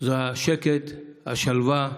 זה השקט, השלווה,